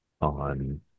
on